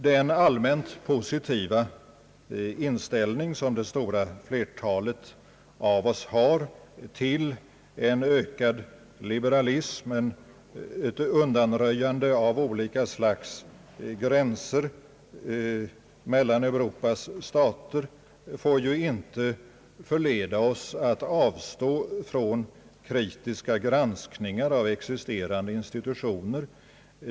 Den allmänt positiva inställning som det stora flertalet av oss har till en ökad liberalisering och ett undanröjande av olika slags gränser mellan Europas stater får ju inte förleda oss att avstå från kritiska granskningar av existerande institutioner.